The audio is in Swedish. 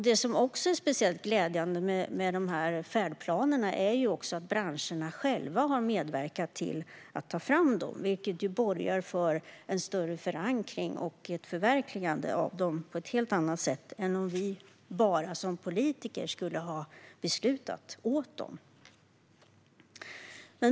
Det som är speciellt glädjande med färdplanerna är att branscherna själva har medverkat till att ta fram dem, vilket borgar för en större förankring och ett förverkligande av dem på ett helt annat sätt än om vi politiker bara skulle ha beslutat åt dem.